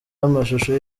amashusho